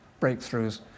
breakthroughs